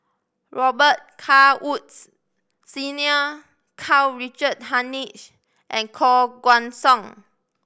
Robet Carr Woods Senior Karl Richard Hanitsch and Koh Guan Song